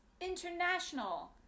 international